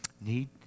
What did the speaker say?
need